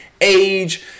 age